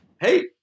Hey